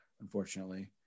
unfortunately